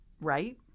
right